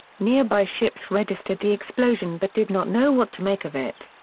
nearby ships registered the explosion but did not know what to make of it.